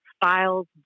files